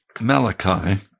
Malachi